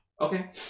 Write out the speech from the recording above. Okay